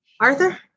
Arthur